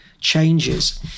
changes